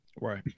Right